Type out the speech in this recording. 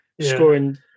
scoring